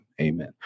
amen